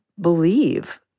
believe